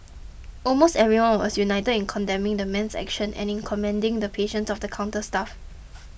almost everyone was united in condemning the man's actions and in commending the patience of the counter staff